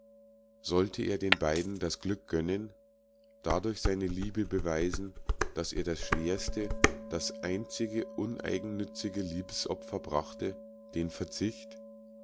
sollte er den beiden das glück gönnen dadurch seine liebe beweisen daß er das schwerste das einzige uneigennützige liebesopfer brachte den verzicht